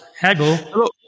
hello